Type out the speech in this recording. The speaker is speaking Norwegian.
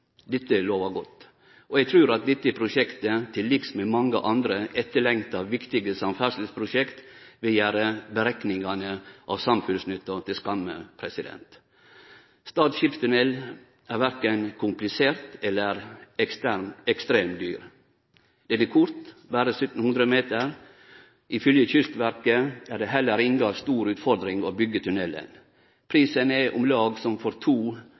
Dette lovar godt, og eg trur dette prosjektet, til liks med mange andre etterlengta, viktige samferdsleprosjekt, vil gjere berekningane av samfunnsnytta til skamme. Stad skipstunnel er verken komplisert eller ekstremt dyr. Han er kort, berre 1 700 meter. Ifølgje Kystverket er det heller inga stor utfordring å byggje tunnelen. Prisen er om lag som for to